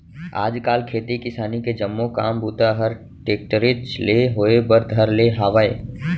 आज काल खेती किसानी के जम्मो काम बूता हर टेक्टरेच ले होए बर धर ले हावय